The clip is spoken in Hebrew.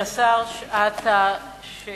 תודה.